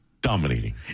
dominating